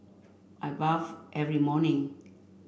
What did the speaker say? I bathe every morning